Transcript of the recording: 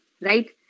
right